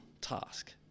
task